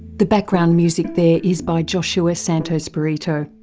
the background music there is by joshua santospirito.